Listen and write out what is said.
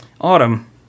Autumn